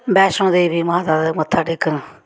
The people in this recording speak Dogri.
बैष्णो माता गेदे मत्था टेकन